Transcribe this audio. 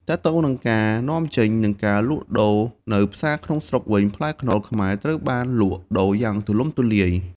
ទាក់ទងនឹងការនាំចេញនិងការលក់ដូរនៅផ្សារក្នុងស្រុកវិញ ផ្លែខ្នុរខ្មែរត្រូវបានលក់ដូរយ៉ាងទូលំទូលាយ។